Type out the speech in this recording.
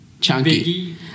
Chunky